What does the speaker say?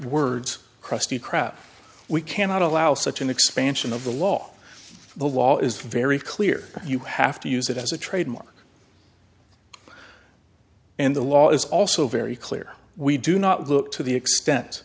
krab we cannot allow such an expansion of the law the law is very clear you have to use it as a trademark and the law is also very clear we do not look to the extent